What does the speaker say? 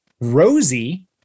Rosie